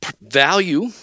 value